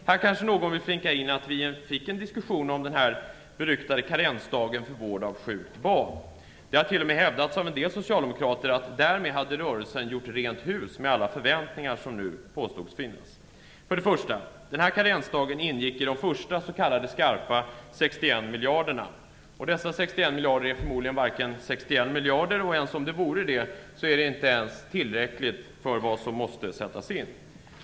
Här kanske någon vill flika in att vi fick en diskussionen om den beryktade karensdagen vid vård av sjukt barn. Det har t.o.m. hävdats av en del socialdemokrater att därmed hade rörelsen gjort rent hus med alla förväntningar som man påstod skulle finnas. Den här karensdagen ingick i de första s.k. skarpa 61 miljarderna. Dessa 61 miljarder är förmodligen inte 61 miljarder, men inte ens om de vore det skulle det vara tillräckligt för de besparingar som måste sättas in.